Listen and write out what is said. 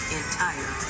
entire